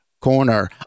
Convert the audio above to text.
corner